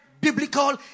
biblical